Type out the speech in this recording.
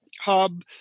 hub